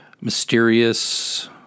Mysterious